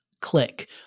click